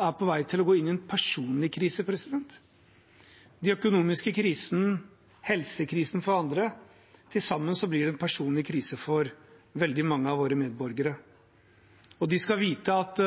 er på vei til å gå inn i en personlig krise. Den økonomiske krisen, helsekrisen for andre – til sammen blir det en personlig krise for veldig mange av våre medborgere. De skal vite at